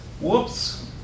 Whoops